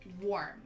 warm